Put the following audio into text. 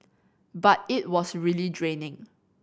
but it was really draining